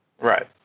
Right